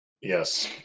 Yes